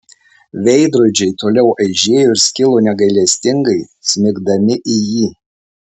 veidrodžiai toliau aižėjo ir skilo negailestingai smigdami į jį